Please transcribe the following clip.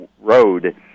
road